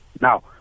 Now